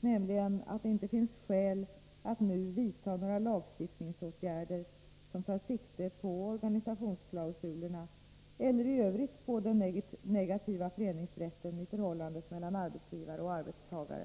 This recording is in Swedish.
nämligen att det inte finns skäl att nu vidta några lagstiftningsåtgärder som tar sikte på organisationsklausulerna eller i övrigt på den negativa föreningsrätten i förhållandet mellan arbetsgivare och arbetstagare.